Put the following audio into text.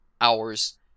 hours